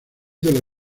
del